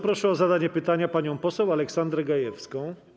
Proszę o zadanie pytania panią poseł Aleksandrę Gajewską.